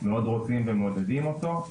מאוד רוצים ומעודדים אותו.